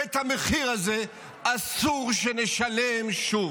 ואת המחיר הזה אסור שנשלם שוב.